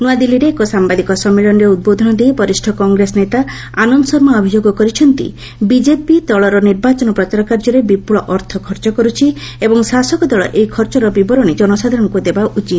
ନ୍ତଆଦିଲ୍ଲୀରେ ଏକ ସାମ୍ଭାଦିକ ସମ୍ମିଳନୀରେ ଉଦ୍ବୋଧନ ଦେଇ ବରିଷ୍ଠ କଂଗ୍ରେସ ନେତା ଆନନ୍ଦ ଶର୍ମା ଅଭିଯୋଗ କରିଛନ୍ତି ବିକେପି ଦଳର ନିର୍ବାଚନ ପ୍ରଚାର କାର୍ଯ୍ୟରେ ବିପୁଳ ଅର୍ଥ ଖର୍ଚ୍ଚ କରୁଛି ଏବଂ ଶାସକ ଦଳ ଏହି ଖର୍ଚ୍ଚର ବିବରଣୀ ଜନସାଧାରଣଙ୍କୁ ଦେବା ଉଚିତ